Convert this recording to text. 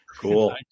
Cool